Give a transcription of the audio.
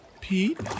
Pete